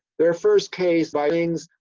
their first case sightings,